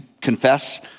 confess